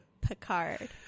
Picard